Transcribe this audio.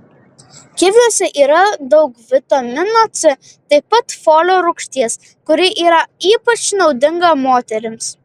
kiviuose yra daug vitamino c taip pat folio rūgšties kuri yra ypač naudinga moterims